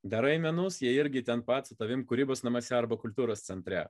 darai menus jie irgi ten pat su tavim kūrybos namuose arba kultūros centre